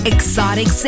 Exotic